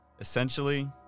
essentially